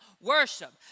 worship